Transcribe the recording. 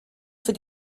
für